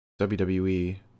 WWE